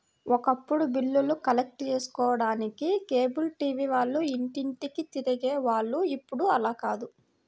ఒకప్పుడు బిల్లులు కలెక్ట్ చేసుకోడానికి కేబుల్ టీవీ వాళ్ళు ఇంటింటికీ తిరిగే వాళ్ళు ఇప్పుడు అలా కాదు